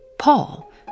Paul